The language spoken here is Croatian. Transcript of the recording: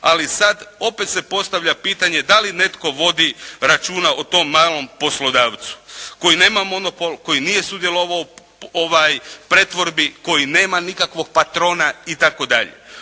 ali sad opet se postavlja pitanje da li netko vodi računa o tom malom poslodavcu koji nema monopol, koji nije sudjelovao u pretvorbi, koji nema nikakvog patrona itd.